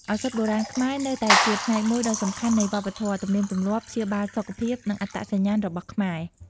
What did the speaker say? ឱសថបុរាណខ្មែរនៅតែជាផ្នែកមួយដ៏សំខាន់នៃវប្បធម៌ ទំនៀមទម្លាប់ព្យាបាលសុខភាព និងអត្តសញ្ញាណរបស់ខ្មែរ។